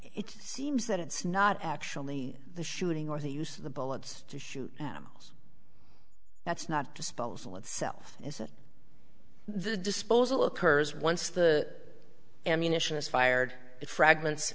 it seems that it's not actually the shooting or the use of the bullets to shoot animals that's not disposal itself is that the disposal occurs once the ammunition is fired it fragments